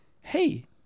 hey